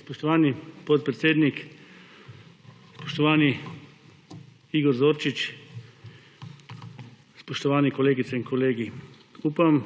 Spoštovani podpredsednik, spoštovani Igor Zorčič, spoštovani kolegice in kolegi! Upam,